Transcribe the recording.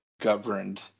governed